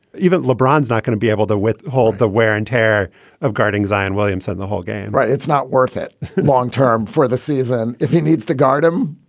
even lebron's not going to be able to withhold the wear and tear of guarding zion, williams said the whole game, right it's not worth it long term for the season if he needs to guard him,